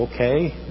okay